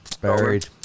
Buried